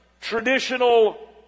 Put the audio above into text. traditional